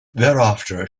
thereafter